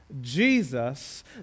Jesus